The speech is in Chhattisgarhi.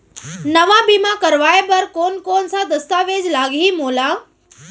नवा बीमा करवाय बर कोन कोन स दस्तावेज लागही मोला?